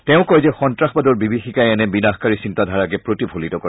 তেওঁ কয় যে সন্নাসবাদৰ বিভীষিকাই এনে বিনাশকাৰী চিন্তাধাৰাকে প্ৰতিফলিত কৰে